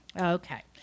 Okay